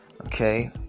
okay